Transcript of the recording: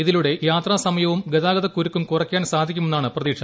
ഇതിലൂടെ യാത്രാ സമയവും ഗതാഗത കുരുക്കും കുറയ്ക്കാൻ സാധിക്കുമെന്നാണ് പ്രതീക്ഷ